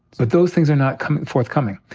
but those things are not forthcoming.